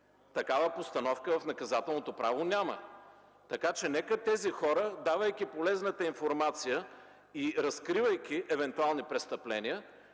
такава постановка в наказателното право няма. Нека тези хора, давайки полезната информация и разкривайки евентуални престъпления,